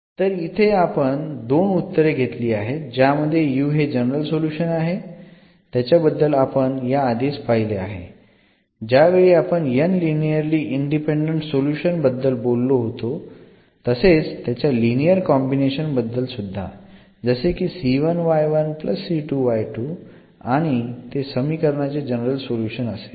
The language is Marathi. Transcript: तर इथे आपण दोन उत्तरे घेतली आहेत ज्यामध्ये u हे जनरल सोल्युशन आहे त्याच्याबद्दल आपण या आधीच पहिले आहे ज्यावेळी आपण n लिनिअरली इंडिपेंडंट सोल्युशन्स बद्दल बोललो होतो तसेच त्याच्या लिनिअर कॉम्बिनेशन बद्दल सुद्धा जसे की आणि ते समीकरणाचे जनरल सोल्युशन असेल